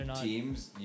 teams